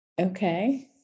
Okay